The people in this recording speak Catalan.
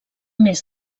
més